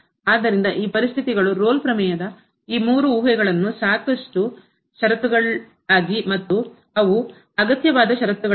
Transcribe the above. ಆದ್ದರಿಂದ ಈ ಪರಿಸ್ಥಿತಿಗಳು ರೋಲ್ ಪ್ರಮೇಯದ ಈ ಮೂರು ಊಹೆಗಳು ಸಾಕಷ್ಟು ಷರತ್ತುಗಳಾಗಿವೆ ಮತ್ತು ಅವು ಅಗತ್ಯವಾದ ಷರತ್ತುಗಳಲ್ಲ